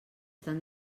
tan